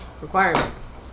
requirements